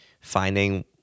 finding